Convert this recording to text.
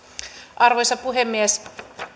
arvoisa puhemies